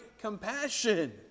compassion